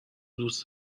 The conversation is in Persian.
دوست